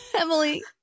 Emily